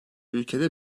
ülkede